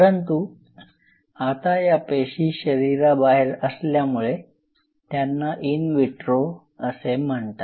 परंतु आता या पेशी शरीराबाहेर असल्यामुळे त्यांना इन विट्रो असे म्हणतात